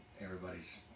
Everybody's